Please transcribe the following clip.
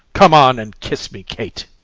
come on, and kiss me, kate.